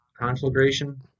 conflagration